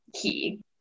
key